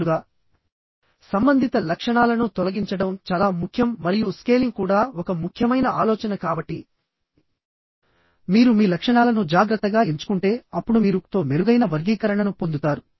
మామూలు గా చూస్తే ఏ లైన్ నుండి ఫెయిల్యూర్ కావచ్చు అనేది చెప్పలేము కనుక వాటిని కనుక్కొని వాటి నుండి ఏది అత్యంత క్రిటికల్ అనేది కనుక్కోవాలి